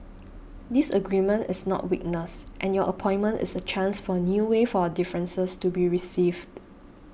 disagreement is not weakness and your appointment is a chance for a new way for our differences to be received